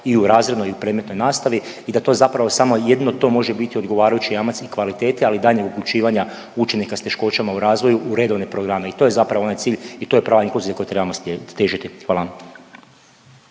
i u razrednoj i u predmetnoj nastavi i da to samo jedno to može biti odgovarajući jamac kvalitete, ali i daljnjeg uključivanja učenika s teškoćama u razvoju u redovne programe i to je zapravo onaj cilj i to je prava inkluzija kojoj trebamo težiti. Hvala.